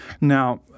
Now